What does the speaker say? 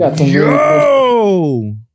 Yo